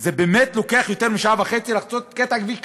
זה באמת לוקח יותר משעה וחצי לחצות קטע כביש קצר.